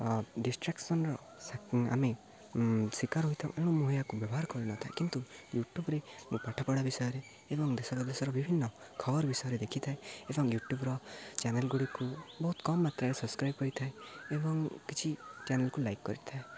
ଅ ଡିଷ୍ଟ୍ରାକ୍ସନର ଆମେ ଶିକାର ହୋଇଥାଉ ଏଣୁ ମୁଁ ଏହାକୁ ବ୍ୟବହାର କରିନଥାଏ କିନ୍ତୁ ୟୁଟ୍ୟୁବ୍ରେ ମୁଁ ପାଠପଢ଼ା ବିଷୟରେ ଏବଂ ଦେଶର ଦେଶର ବିଭିନ୍ନ ଖବର ବିଷୟରେ ଦେଖିଥାଏ ଏବଂ ୟୁଟ୍ୟୁବ୍ର ଚ୍ୟାନେଲ୍ ଗୁଡ଼ିକୁ ବହୁତ କମ୍ ମାତ୍ରାରେ ସବ୍ସ୍କ୍ରାଇବ୍ କରିଥାଏ ଏବଂ କିଛି ଚ୍ୟାନେଲ୍କୁ ଲାଇକ୍ କରିଥାଏ